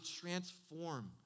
transform